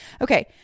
Okay